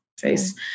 face